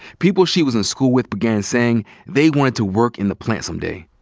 people she was in school with began saying they wanted to work in the plant someday.